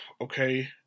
Okay